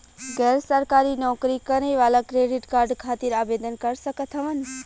गैर सरकारी नौकरी करें वाला क्रेडिट कार्ड खातिर आवेदन कर सकत हवन?